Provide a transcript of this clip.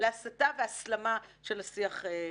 להסתה והסלמה של השיח הפוליטי.